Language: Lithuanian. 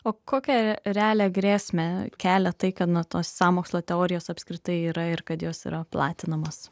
o kokią realią grėsmę kelia tai kad no tos sąmokslo teorijos apskritai yra ir kad jos yra platinamos